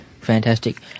Fantastic